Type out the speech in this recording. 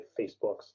Facebooks